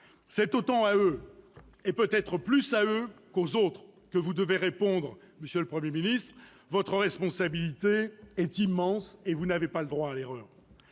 C'est autant à eux-et peut-être plus à eux qu'aux autres -que vous devez répondre, monsieur le Premier ministre. Votre responsabilité est immense et vous n'avez pas le droit à l'erreur.